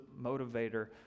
motivator